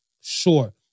Sure